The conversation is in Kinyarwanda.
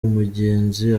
umugenzi